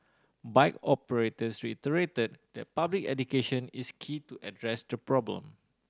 bike operators reiterated that public education is key to address the problem